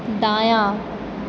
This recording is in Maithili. दायाँ